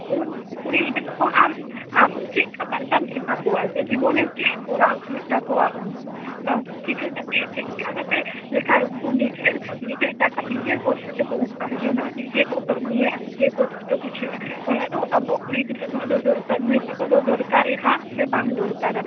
ᱩᱱᱠᱩ ᱠᱩᱲᱤ ᱜᱤᱫᱽᱨᱟ ᱠᱚ ᱟᱢ ᱟᱢ ᱪᱮᱫᱞᱮᱠᱟ ᱵᱟᱨᱛᱟᱢ ᱮᱢᱟᱠᱚᱣᱟ ᱡᱮ ᱡᱤᱵᱚᱱᱨᱮ ᱪᱮᱫ ᱠᱚᱨᱟᱣ ᱦᱩᱭᱩᱜ ᱛᱟᱠᱚᱣᱟ ᱩᱱᱠᱩ ᱵᱟᱝ ᱩᱱᱠᱩ ᱪᱤᱠᱟ ᱠᱟᱛᱮ ᱪᱮᱫᱠᱟ ᱠᱟᱛᱮ ᱞᱮᱠᱷᱟᱱ ᱩᱱᱠᱩ ᱱᱤᱡᱮᱨ ᱱᱤᱡᱮᱨ ᱴᱟᱠᱟ ᱱᱤᱡᱮᱨ ᱯᱩᱭᱥᱟ ᱠᱟᱛᱮᱠᱚ ᱩᱯᱟᱨᱡᱚᱱᱟ ᱡᱤᱡᱮ ᱠᱚ ᱠᱟ ᱢᱤᱭᱟ ᱡᱤᱡᱮ ᱠᱚ ᱡᱚᱛᱚ ᱠᱤᱪᱷᱩᱭᱟ ᱚᱱᱟᱫᱚ ᱟᱵᱚ ᱠᱩᱲᱤ ᱜᱤᱫᱽᱨᱟ ᱱᱚᱣᱟ ᱫᱚ ᱫᱚᱨᱠᱟᱨ ᱢᱟᱺᱭ ᱛᱮᱠᱚ ᱫᱚ ᱫᱚᱨᱠᱟᱨ ᱜᱮ ᱦᱟᱸ ᱥᱮ ᱵᱟᱝ ᱫᱚᱨᱠᱟᱨᱟ